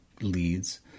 leads